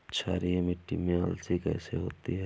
क्षारीय मिट्टी में अलसी कैसे होगी?